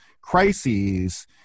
crises